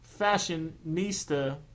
fashionista